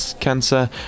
Cancer